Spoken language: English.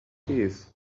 keys